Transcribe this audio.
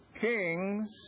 kings